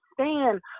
stand